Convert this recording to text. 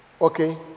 okay